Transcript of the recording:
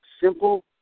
Simple